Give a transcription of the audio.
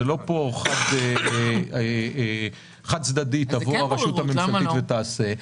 לא באופן חד-צדדי תבוא הרשות הממשלתית ותעשה.